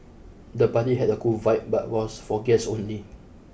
the party had a cool vibe but was for guests only